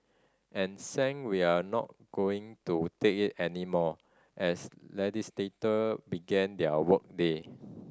and sang we're not going to take it anymore as legislator began their work day